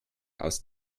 aus